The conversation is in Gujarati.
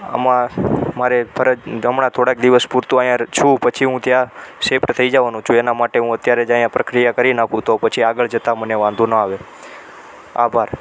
આમાં મારે ફરજ હમણાં થોડાંક દિવસ પૂરતું અહીંયા છું પછી હુ ત્યાં શિફ્ટ થઈ જવાનો છું એના માટે હું અત્યારે જ અહીંયા પ્રક્રિયા કરી નાખું તો પછી આગળ જતા મને વાંધો ન આવે આભાર